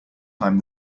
time